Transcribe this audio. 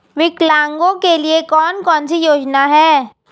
विकलांगों के लिए कौन कौनसी योजना है?